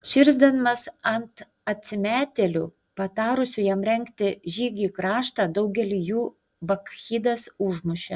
širsdamas ant atsimetėlių patarusių jam rengti žygį į kraštą daugelį jų bakchidas užmušė